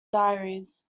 diaries